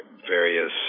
various